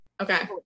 Okay